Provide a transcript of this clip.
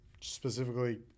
specifically